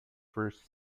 first